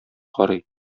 карый